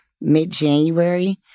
mid-January